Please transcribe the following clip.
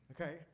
okay